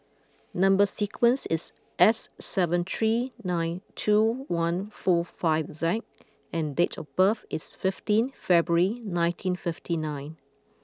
number sequence is S seven three nine two one four five Z and date of birth is fifteen February nineteen fifty nine